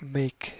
make